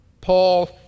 Paul